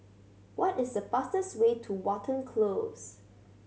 what is the fastest way to Watten Close